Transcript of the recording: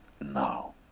now